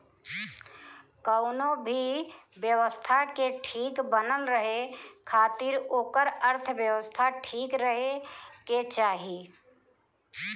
कवनो भी व्यवस्था के ठीक बनल रहे खातिर ओकर अर्थव्यवस्था ठीक रहे के चाही